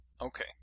Okay